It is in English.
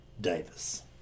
Davis